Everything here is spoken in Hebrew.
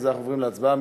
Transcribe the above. אנחנו עוברים להצבעה.